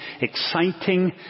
exciting